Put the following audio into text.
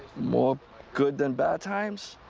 more good than bad times?